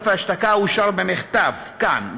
סעיף ההשתקה אושר במחטף כאן,